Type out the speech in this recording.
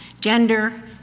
gender